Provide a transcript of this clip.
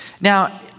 Now